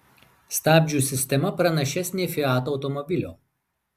stabdžių sistema pranašesnė fiat automobilio